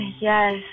Yes